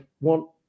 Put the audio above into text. want